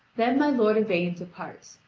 then my lord yvain departs,